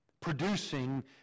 Producing